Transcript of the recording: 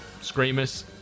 Screamers